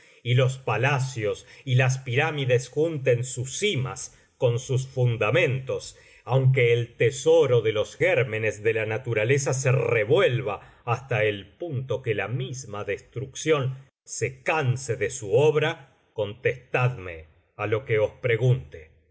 y los palacios y las pirámides junten sus cimas con sus fundamentos aunque el tesoro de los gérmenes de la naturaleza se revuelva hasta el punto que la misma destrucción se canse de su obra contestadme á lo que os pregunte